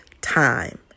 time